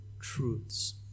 truths